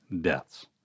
deaths